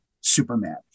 Superman